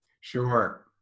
Sure